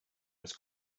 was